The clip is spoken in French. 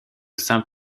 saint